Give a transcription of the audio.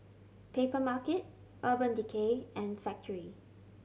Papermarket Urban Decay and Factorie